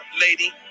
lady